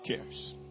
cares